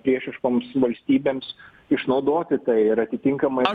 priešiškoms valstybėms išnaudoti tai ir atitinkamai